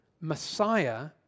Messiah